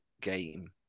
game